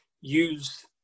use